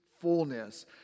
fullness